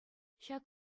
ҫак